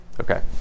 Okay